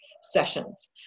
sessions